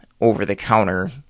over-the-counter